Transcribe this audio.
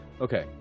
Okay